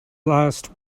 last